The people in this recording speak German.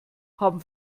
haben